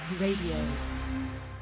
Radio